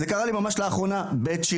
זה קרה לי ממש לאחרונה בצ'ילה.